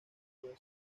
puede